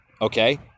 okay